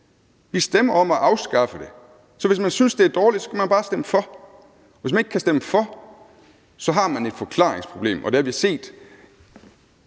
Vi stemmer om at afskaffe det, så hvis man synes, det er dårligt, skal man bare stemme for. Hvis man ikke kan stemme for, har man et forklaringsproblem, og vi har i den